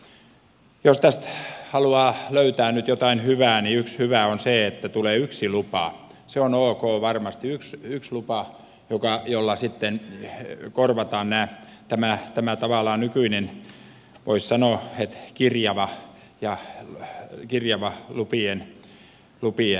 jos tästä haluaa löytää nyt jotain hyvää yksi hyvä on se että tulee yksi lupa se on ok varmasti yksi lupa jolla sitten korvataan tämä nykyinen voisi sanoa kirjava lupien järjestelmä